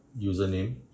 username